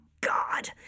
god